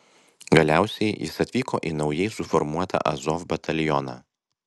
galiausiai jis atvyko į naujai suformuotą azov batalioną